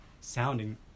sounding